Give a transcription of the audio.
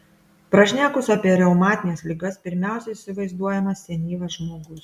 prašnekus apie reumatines ligas pirmiausia įsivaizduojamas senyvas žmogus